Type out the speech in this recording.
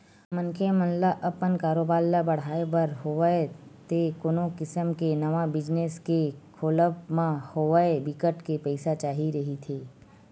मनखे मन ल अपन कारोबार ल बड़हाय बर होवय ते कोनो किसम के नवा बिजनेस के खोलब म होवय बिकट के पइसा चाही रहिथे